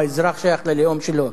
או האזרח שייך ללאום שלו.